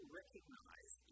recognize